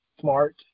smart